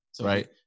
right